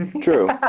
True